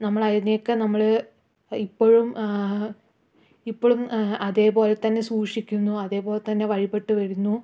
നമ്മള് അതിനേയൊക്കെ നമ്മള് ഇപ്പഴും ഇപ്പളും അതേപോലെ തന്നെ സൂക്ഷിക്കുന്നു അതേപോലെ തന്നെ വഴിപ്പെട്ട് വരുന്നു